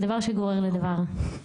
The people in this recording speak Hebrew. זה דבר שגורר לדבר.